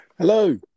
Hello